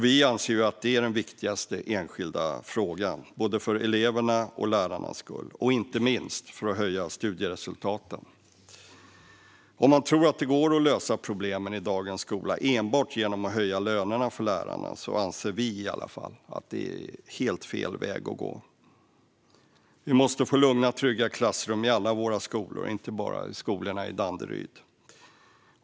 Vi anser att detta är den viktigaste enskilda frågan - för elevernas och lärarnas skull och inte minst för att höja studieresultaten. Om man tror att det går att lösa problemen i dagens skola enbart genom att höja lönerna för lärarna kan jag säga att i alla fall vi anser att detta är helt fel väg att gå. Vi måste få lugna och trygga klassrum i alla våra skolor, inte bara i skolorna i Danderyd.